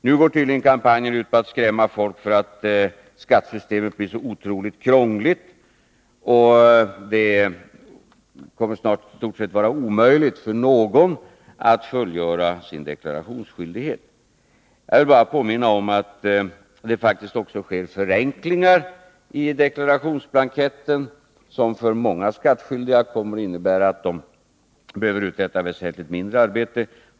Nu går tydligen kampanjen ut på att skrämma folk för att skattesystemet blir så otroligt krångligt och att det snart kommer att vara i stort sett omöjligt för någon att fullgöra sin deklarationsskyldighet. Jag vill bara påminna om att det faktiskt också sker förenklingar i deklarationsblanketten som för många skattskyldiga kommer att innebära att de behöver uträtta väsentligt mindre arbete.